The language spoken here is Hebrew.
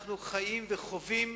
אנחנו חיים וחווים